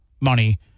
money